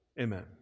Amen